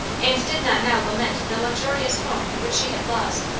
and did not now lament the luxurious home which she had lost.